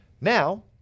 now